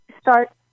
start